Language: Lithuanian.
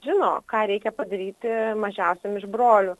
žino ką reikia padaryti mažiausiam iš brolių